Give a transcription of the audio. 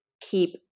keep